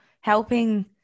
helping